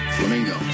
Flamingo